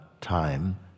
time